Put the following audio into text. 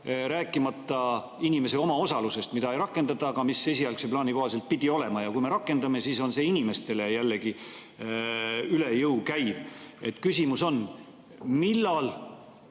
rääkimata inimese omaosalusest, mida ei rakendata, aga mis esialgse plaani kohaselt pidi olema. Ja kui me rakendame, siis käib see jällegi inimestele üle jõu. Küsimus on: millal